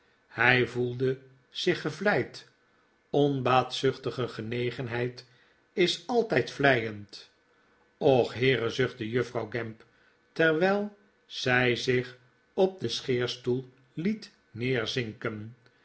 hij voelde zich gevleid onbaatzuchtige genegenheid is altijd vleiend och heere zuchtte juffrouw gamp terwijl zij zich op den scheerstoel liet